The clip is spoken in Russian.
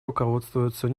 руководствуются